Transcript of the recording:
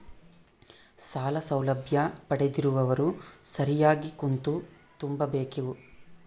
ಸಾಲ ಸೌಲಭ್ಯ ಪಡೆದಿರುವವರು ಸರಿಯಾಗಿ ಕಂತು ತುಂಬಬೇಕು?